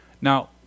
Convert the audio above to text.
Now